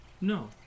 No